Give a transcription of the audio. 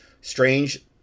Strange